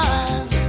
eyes